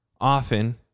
often